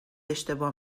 اشتباه